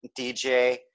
dj